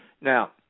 now